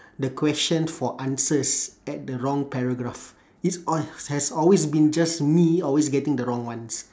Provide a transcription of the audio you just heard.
the question for answers at the wrong paragraph it's al~ has always been just me always getting the wrong ones